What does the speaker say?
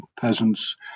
peasants